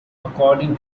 according